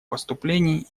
поступлений